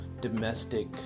domestic